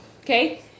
okay